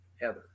heather